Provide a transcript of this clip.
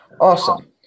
Awesome